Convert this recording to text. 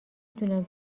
دونم